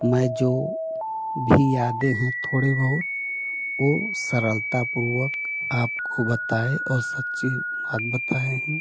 मैं जो भी यादें हैं थोड़े बहुत ओ सरलतापूर्वक आपको बताए और सच्ची बात बताए हैं